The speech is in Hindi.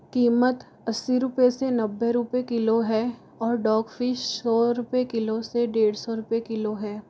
कीमत अस्सी रुपए से नब्बे रुपए किलो है और डॉग फिश सौ रुपए किलो से डेढ़ सौ रुपए किलो है